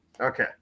Okay